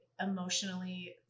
emotionally